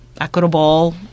equitable